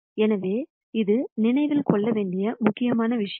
எனவே இது நினைவில் கொள்ள வேண்டிய முக்கியமான விஷயம்